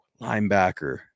linebacker